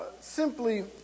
simply